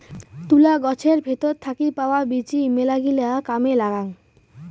তুলা গছের ভেতর থাকি পাওয়া বীচি মেলাগিলা কামে লাগাং